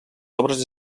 obres